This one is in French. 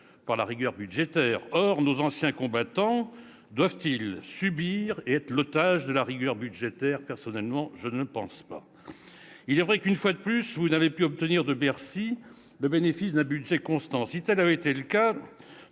par la rigueur budgétaire. Nos anciens combattants doivent-ils subir et être l'otage de la rigueur budgétaire ? Personnellement, je ne le pense pas. Il est vrai que, une fois de plus, vous n'avez pu obtenir de Bercy le bénéfice d'un budget constant. Si tel avait été le cas,